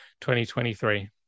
2023